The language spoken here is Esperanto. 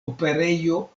operejo